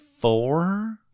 four